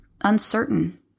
uncertain